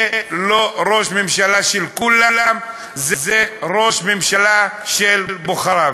זה לא ראש ממשלה של כולם, זה ראש ממשלה של בוחריו.